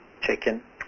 chicken